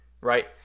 right